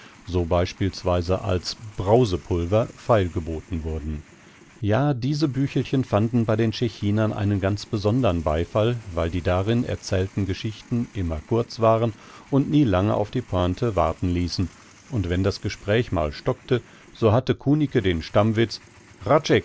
so beispielsweise als brausepulver feilgeboten wurden ja diese büchelchen fanden bei den tschechinern einen ganz besondern beifall weil die darin erzählten geschichten immer kurz waren und nie lange auf die pointe warten ließen und wenn das gespräch mal stockte so hatte kunicke den stammwitz